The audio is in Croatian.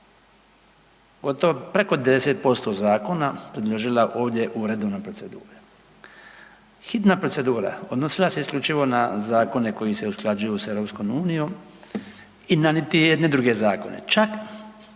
gotovo preko 10% zakona predložila ovdje u redovnoj proceduri. Hitna procedura odnosila se isključivo na zakone koji se usklađuju sa Europskom unijom i na niti jedne druge zakone. Čak